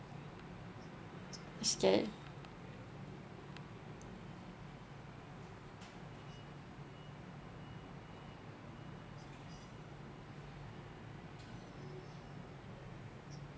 scared